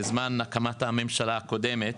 בזמן הקמת הממשלה הקודמת,